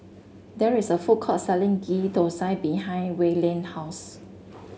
there is a food court selling Ghee Thosai behind Wayland house